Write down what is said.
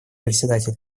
председатель